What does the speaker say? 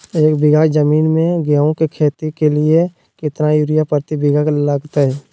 एक बिघा जमीन में गेहूं के खेती के लिए कितना यूरिया प्रति बीघा लगतय?